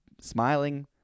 smiling